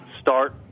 start